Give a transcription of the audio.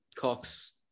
Cox